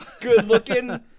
Good-looking